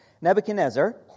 Nebuchadnezzar